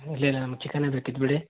ಇಲ್ಲ ಇಲ್ಲ ನಮ್ಗೆ ಚಿಕನೇ ಬೇಕಿತ್ತು ಬಿಡಿ